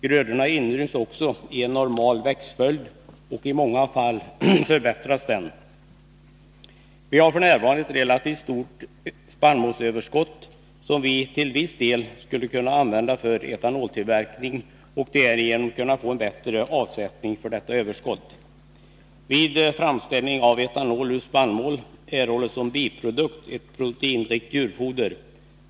Grödorna inryms också i en normal växtföljd, och i många fall förbättras denna. Vi har f. n. ett relativt stort spannmålsöverskott, som vi till viss del skulle kunna använda för etanoltillverkning och därigenom få en bättre avsättning för detta överskott. Vid framställning av etanol ur spannmål erhålls som biprodukt ett proteinrikt djurfoder.